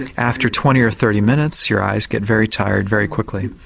after twenty or thirty minutes your eyes get very tired very quickly.